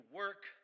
work